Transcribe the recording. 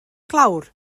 glawr